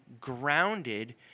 grounded